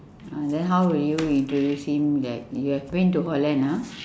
ah then how will you introduce him that you have been to holland ah